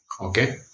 okay